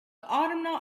autumnal